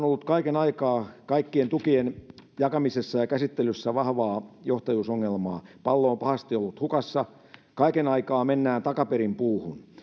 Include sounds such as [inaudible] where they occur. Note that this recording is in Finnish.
[unintelligible] ollut kaiken aikaa kaikkien tukien jakamisessa ja käsittelyssä vahvaa johtajuusongelmaa pallo on pahasti ollut hukassa kaiken aikaa mennään takaperin puuhun